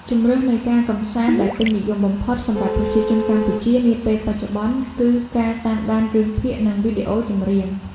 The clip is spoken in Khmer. ជម្រើសនៃការកម្សាន្តដែលពេញនិយមបំផុតសម្រាប់ប្រជាជនកម្ពុជានាពេលបច្ចុប្បន្នគឺការតាមដានរឿងភាគ និងវីដេអូចម្រៀង។